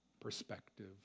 perspective